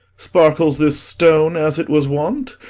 sparkles this stone as it was wont,